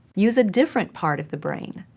use a different part of the brain.